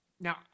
now